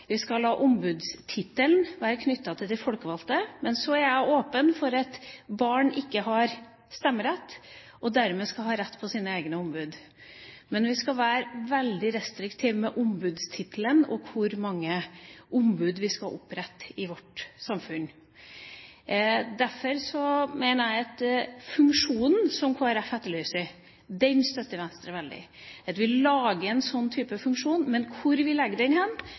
ombudstittelen skal være knyttet til de folkevalgte. Men så er jeg åpen for at barn, som ikke har stemmerett, skal ha rett til sine egne ombud. Vi skal imidlertid være veldig restriktive med ombudstittelen og hvor mange ombud vi skal opprette i vårt samfunn. Den funksjonen som Kristelig Folkeparti etterlyser, det at vi lager en sånn type funksjon, støtter Venstre veldig. Men hvor vi legger den,